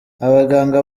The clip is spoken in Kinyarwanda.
abaganga